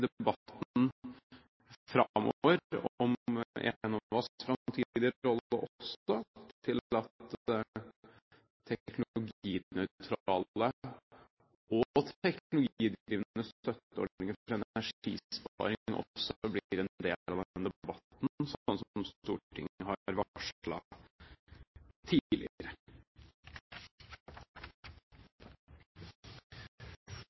debatten framover om Enovas framtidige rolle også til at teknologinøytrale og teknologidrevne støtteordninger for energisparing også blir en del av den debatten, slik Stortinget har varslet tidligere. For Senterpartiet er